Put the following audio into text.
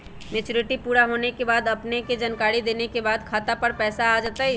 Maturity पुरा होवे के बाद अपने के जानकारी देने के बाद खाता पर पैसा आ जतई?